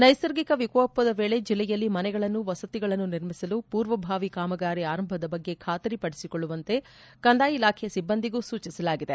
ನ್ನೆಸರ್ಗಿಕ ವಿಕೋಪದ ವೇಳಿ ಜಿಲ್ವೆಯಲ್ಲಿ ಮನೆಗಳನ್ನು ವಸತಿಗಳನ್ನು ನಿರ್ಮಿಸಲು ಪೂರ್ವಭಾವಿ ಕಾಮಗಾರಿ ಆರಂಭದ ಬಗ್ಗೆ ಖಾತರಿಪಡಿಸಿಕೊಳ್ಳುವಂತೆ ಕಂದಾಯ ಇಲಾಖೆಯ ಸಿಬ್ಬಂದಿಗೂ ಸೂಚಿಸಲಾಗಿದೆ